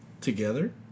Together